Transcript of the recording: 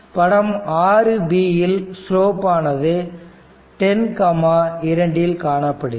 படம் 6b இல் slope ஆனது 102 இல் காணப்படுகிறது